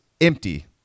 empty